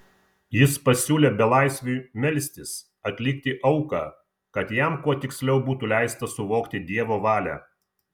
jis pasiūlė belaisviui melstis atlikti auką kad jam kuo tiksliau būtų leista suvokti dievo valią